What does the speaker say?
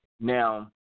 Now